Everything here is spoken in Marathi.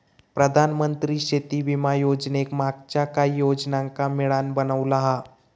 प्रधानमंत्री शेती विमा योजनेक मागच्या काहि योजनांका मिळान बनवला हा